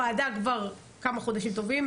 הוועדה כבר כמה חודשים טובים,